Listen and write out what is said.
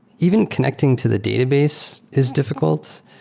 even connecting to the database is difficult.